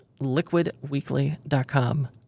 Liquidweekly.com